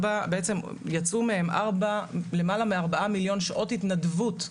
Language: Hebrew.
יצאו למעלה מארבעה מיליון שעות התנדבות.